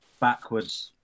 backwards